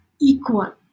equal